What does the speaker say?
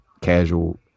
casual